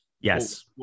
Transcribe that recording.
Yes